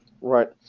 Right